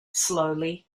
slowly